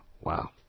Wow